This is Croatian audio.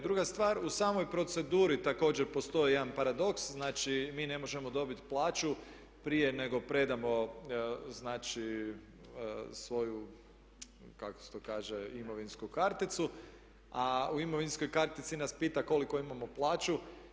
Druga stvar u samoj proceduri također postoji jedan paradoks, znači mi ne možemo dobit plaću prije nego predamo, znači svoju kako se to kaže imovinsku karticu, a u imovinskoj kartici nas pita koliko imamo plaću.